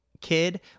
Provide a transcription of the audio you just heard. kid